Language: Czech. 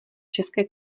české